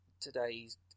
today's